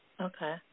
Okay